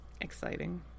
Exciting